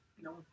No